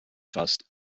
befasst